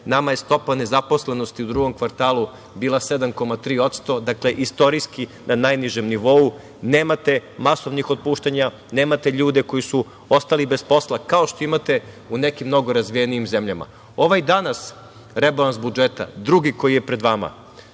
Nama je stopa nezaposlenosti u drugom kvartalu bila 7,3%. Dakle, istorijski na najnižem nivou. Nemate masovnih otpuštanja, nemate ljude koji su ostali bez posla, kao što imate u nekim mnogo razvijenim zemljama. Ovaj danas rebalans budžeta, drugi koji je pred vama